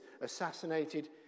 assassinated